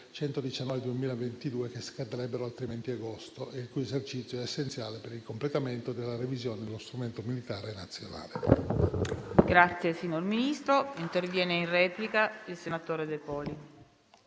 del 2022, che scadrebbero altrimenti ad agosto e il cui esercizio è essenziale per il completamento della revisione dello strumento militare nazionale.